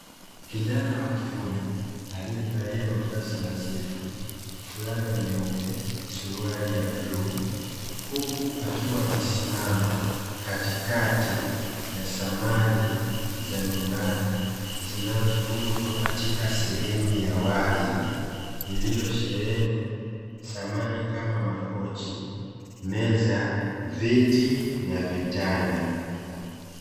Kijana wa kiume aliyevalia mavazi nadhifu, fulana nyeupe suruali ya bluu, huku akiwa amesimama katikati ya samani za nyumbani zinazouzwa katika sehemu ya wazi iliyosheheni samani kama makochi, meza, viti na vitanda.